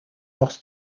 lost